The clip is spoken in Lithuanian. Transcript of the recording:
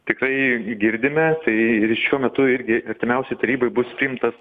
tikrai girdime tai ir šiuo metu irgi artimiausioj taryboj bus priimtas